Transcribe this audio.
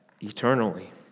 eternally